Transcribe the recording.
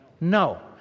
No